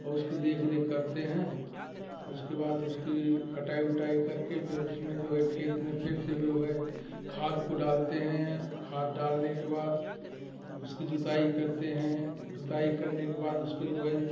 औ उसकी देख रेख करते हैं उसके बाद उसकी कटाई ओटाई करके फिर उसमें जो है खेत में फिर से जो है खाद को डालते हैं खाद डालने के बाद उसकी जुताई करते हैं जुताई करने के बाद उसका जो है